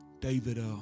David